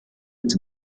its